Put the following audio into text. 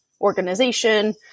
organization